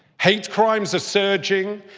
hate crimes are surging,